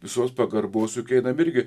visos pagarbos juk einam irgi